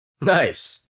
Nice